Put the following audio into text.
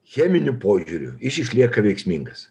cheminiu požiūriu jis išlieka veiksmingas